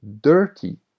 dirty